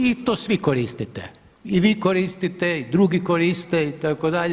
I to svi koristite, i vi koristite i drugi koriste, itd.